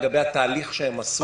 לגבי התהליך שהם עשו.